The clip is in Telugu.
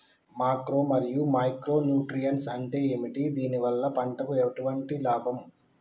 మాక్రో మరియు మైక్రో న్యూట్రియన్స్ అంటే ఏమిటి? దీనివల్ల పంటకు ఎటువంటి లాభం?